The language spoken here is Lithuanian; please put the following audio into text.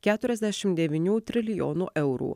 keturiasdešimt devynių trilijonų eurų